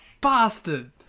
bastard